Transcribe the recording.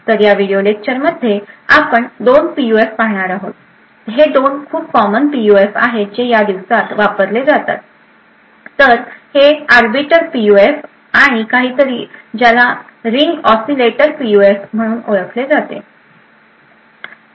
तर या व्हिडिओ लेक्चरमध्ये आपण दोन पीयूएफ पाहणार आहोत हे 2 खूप कॉमन पीयूएफ आहे जे ह्या दिवसात वापरले जातात तर हे आर्बीटर पीयूएफ आणि काहीतरी आहे ज्याला रिंग ऑसीलेटर पीयूएफ म्हणून ओळखले जाते